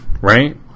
right